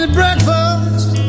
breakfast